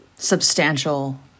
substantial